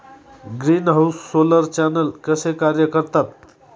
Greenhouse solar channel कसे कार्य करतात?